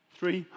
Three